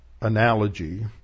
analogy